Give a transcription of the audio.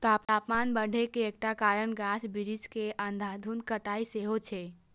तापमान बढ़े के एकटा कारण गाछ बिरिछ के अंधाधुंध कटाइ सेहो छै